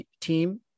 team